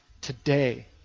today